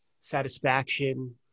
satisfaction